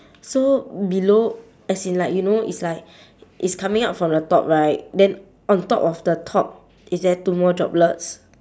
so below as in like you know it's like it's coming out from the top right then on top of the top is there two more droplets